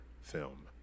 film